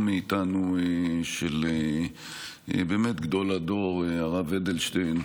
מאיתנו של באמת גדול הדור הרב אדלשטיין,